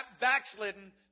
backslidden